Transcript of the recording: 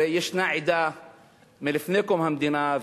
הרי יש עדה מלפני קום המדינה,